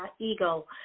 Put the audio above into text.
ego